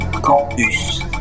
Campus